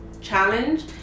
challenge